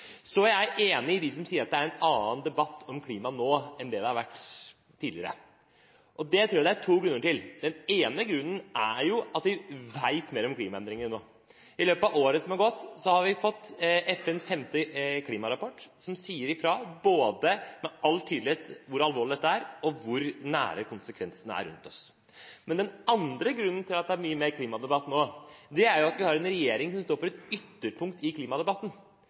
Så er jeg enig med dem som sier at det er en annen debatt om klima nå enn det som har vært tidligere. Det tror jeg det er to grunner til. Den ene grunnen er at vi vet mer om klimaendringene nå. I løpet av året som har gått, har vi fått FNs femte klimarapport, som med all tydelighet sier fra om både hvor alvorlig dette er, og hvor nær konsekvensene er rundt oss. Den andre grunnen til at det er mye mer klimadebatt nå, er at vi har en regjering som står for et ytterpunkt i klimadebatten,